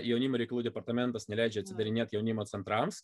jaunimo reikalų departamentas neleidžia atsidarinėt jaunimo centrams